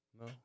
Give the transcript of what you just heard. No